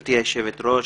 גברתי היושבת-ראש,